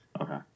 Okay